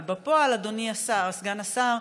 אבל בפועל, אדוני סגן השר,